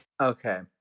Okay